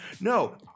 No